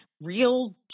real